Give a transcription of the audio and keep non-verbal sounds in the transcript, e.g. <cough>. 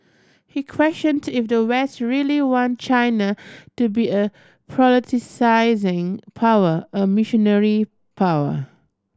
he questioned if the West really want China to be a <unintelligible> power a missionary power